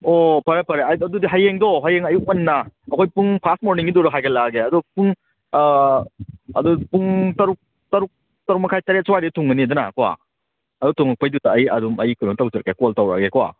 ꯑꯣ ꯐꯔꯦ ꯐꯔꯦ ꯑꯗꯨꯗꯤ ꯍꯌꯦꯡꯗꯣ ꯍꯌꯦꯡ ꯑꯌꯨꯛ ꯉꯟꯅ ꯑꯩꯈꯣꯏ ꯄꯨꯡ ꯐꯥꯔꯁ ꯃꯣꯔꯅꯤꯡꯒꯤꯗꯨꯗ ꯍꯥꯏꯒꯠꯂꯛꯑꯒꯦ ꯑꯗꯣ ꯄꯨꯡ ꯑꯗꯨ ꯄꯨꯡ ꯇꯔꯨꯛ ꯇꯔꯨꯛ ꯇꯔꯨꯛꯃꯈꯥꯏ ꯇꯔꯦꯠ ꯁ꯭ꯋꯥꯏꯗꯗꯤ ꯊꯨꯡꯉꯅꯤꯗꯅꯀꯣ ꯑꯗꯨ ꯊꯨꯉꯛꯄꯩꯗꯨꯗ ꯑꯩ ꯑꯗꯨꯝ ꯑꯩ ꯀꯩꯅꯣ ꯇꯧꯖꯔꯛꯀꯦ ꯀꯣꯜ ꯇꯧꯔꯛꯑꯒꯦꯀꯣ